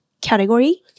category